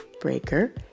Breaker